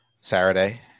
Saturday